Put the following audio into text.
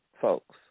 folks